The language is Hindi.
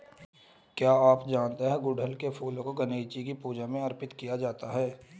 क्या आप जानते है गुड़हल के फूलों को गणेशजी की पूजा में अर्पित किया जाता है?